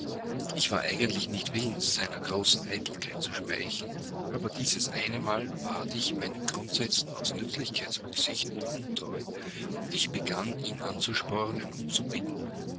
ich war eigentlich nicht willens seiner großen eitelkeit zu schmeicheln aber dieses eine mal ward ich meinen grundsätzen aus nützlichkeitsrücksichten untreu und ich begann ihn anzuspornen und zu bitten